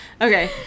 Okay